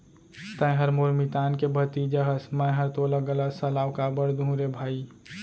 तैंहर मोर मितान के भतीजा हस मैंहर तोला गलत सलाव काबर दुहूँ रे भई